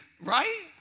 right